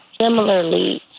similarly